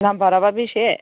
नाम्बाराबा बेसे